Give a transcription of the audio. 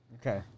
Okay